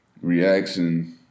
reaction